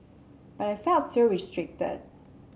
but I felt so restricted